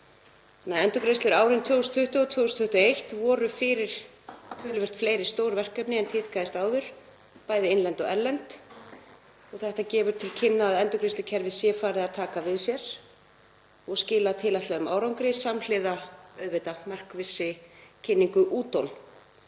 Endurgreiðslur á árinu 2022 og 2021 voru fyrir töluvert fleiri stórverkefni en tíðkaðist áður, bæði innlend og erlend. Þetta gefur til kynna að endurgreiðslukerfið sé farið að taka við sér og skili tilætluðum árangri, samhliða auðvitað markvissri kynningu ÚTÓN